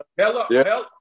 hello